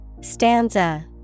Stanza